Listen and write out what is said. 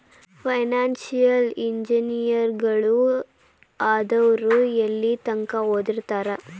Financial ಇಂಜಿನಿಯರಗಳು ಆದವ್ರು ಯೆಲ್ಲಿತಂಕಾ ಓದಿರ್ತಾರ?